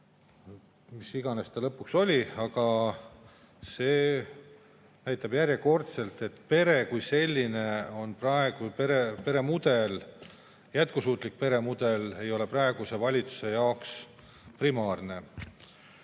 mis iganes see lõpuks oli. Aga see näitab järjekordselt, et pere kui selline, jätkusuutlik peremudel ei ole praeguse valitsuse jaoks primaarne.